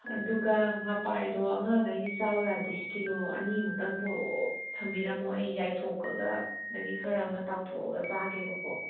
ꯑꯗꯨꯒ ꯉꯥꯄꯥꯏꯗꯣ ꯑꯉꯥꯡ ꯃꯈꯩꯗꯤ ꯆꯥꯎꯋꯣ ꯌꯥꯗꯦ ꯀꯤꯂꯣ ꯑꯅꯤꯃꯨꯛꯇꯪ ꯄꯨꯔꯛꯑꯣ ꯊꯝꯕꯤꯔꯝꯃꯣ ꯑꯩ ꯌꯥꯏꯊꯣꯛꯑꯒ ꯑꯗꯒꯤ ꯈꯔ ꯑꯃꯅ ꯇꯥꯎꯊꯣꯛꯑꯒ ꯆꯥꯒꯦꯕꯀꯣ